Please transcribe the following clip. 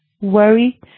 worry